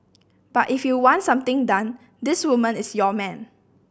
but if you want something done this woman is your man